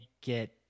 get –